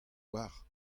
oar